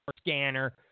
scanner